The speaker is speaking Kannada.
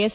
ಎಸ್